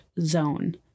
zone